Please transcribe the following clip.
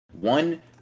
One